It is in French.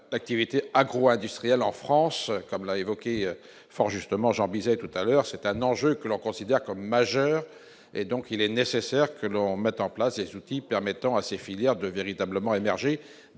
l'activité agro-industriel en France, comme l'a évoqué fort justement Jean Bizet tout à l'heure, c'est un enjeu que l'on considère comme majeure et donc il est nécessaire que l'on mette en place des outils permettant à ces filières de véritablement émergé